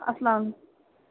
السلام